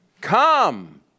Come